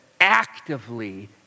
actively